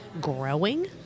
growing